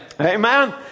Amen